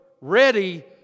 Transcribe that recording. ready